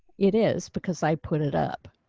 it is because i put it up.